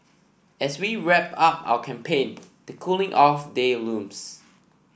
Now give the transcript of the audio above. as we wrap up our campaign the cooling off day looms